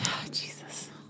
Jesus